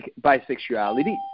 bisexuality